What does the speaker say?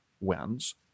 wins